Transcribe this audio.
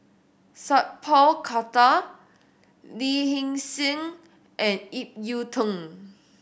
Sat Pal Khattar Lee Hee Seng and Ip Yiu Tung